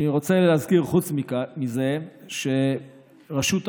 אני רוצה להזכיר חוץ מזה שרשות ההשקעות,